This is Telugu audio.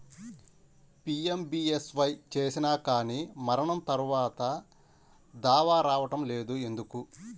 పీ.ఎం.బీ.ఎస్.వై చేసినా కానీ మరణం తర్వాత దావా రావటం లేదు ఎందుకు?